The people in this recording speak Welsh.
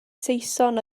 saeson